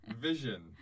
Vision